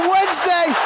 Wednesday